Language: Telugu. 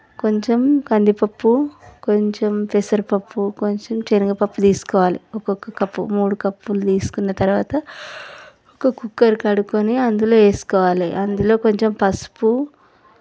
కొంచెం కందిపప్పు కొంచెం పెసరపప్పు కొంచెం శనగపప్పు తీసుకోవాలి ఒక్కొక్క కప్పు మూడు కప్పులు తీసుకున్న తరువాత ఒక కుక్కర్ కడుక్కొని అందులో వేసుకోవాలి అందులో కొంచెం పసుపు